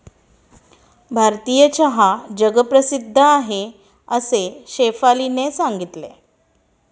भारतीय चहा जगप्रसिद्ध आहे असे शेफालीने सांगितले